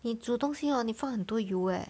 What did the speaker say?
你煮东西 hor 你放很多油 eh